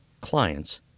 clients